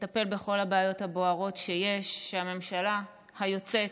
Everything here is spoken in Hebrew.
לטפל בכל הבעיות הבוערות שיש, שהממשלה היוצאת